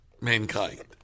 mankind